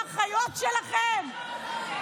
לאחיות שלכם?